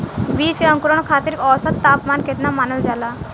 बीज के अंकुरण खातिर औसत तापमान केतना मानल जाला?